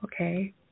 Okay